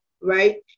right